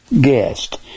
guest